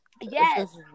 Yes